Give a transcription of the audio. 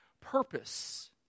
purpose